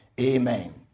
Amen